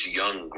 young